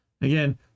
Again